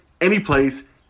anyplace